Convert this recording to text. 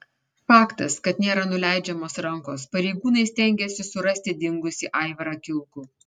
faktas kad nėra nuleidžiamos rankos pareigūnai stengiasi surasti dingusį aivarą kilkų